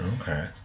Okay